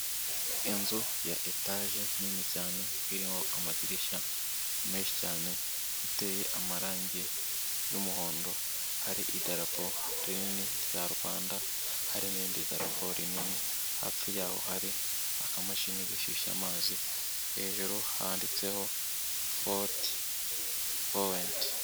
Inzu ya etaje nini cyane irimo amadirishya menshi cyane iteye amarange y'umuhondo hari idarapo rinini rya Rwanda hari n'irindi darapo rinini hafi y'aho hari akamashini gashyushya amazi hejuru handitseho Fotipowenti.